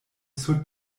sur